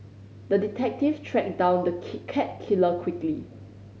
the detective tracked down the cat killer quickly